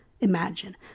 imagine